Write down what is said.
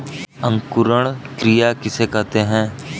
अंकुरण क्रिया किसे कहते हैं?